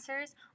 answers